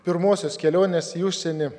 pirmosios kelionės į užsienį